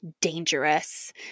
dangerous